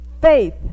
Faith